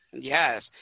Yes